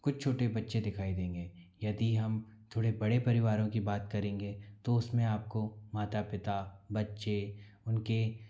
कुछ छोटे बच्चे दिखाई देंगे यदि हम थोड़े बड़े परिवारों की बात करेंगे तो उसमें आपको माता पिता बच्चे उनके